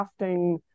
crafting